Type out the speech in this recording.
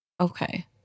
Okay